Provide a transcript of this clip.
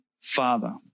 father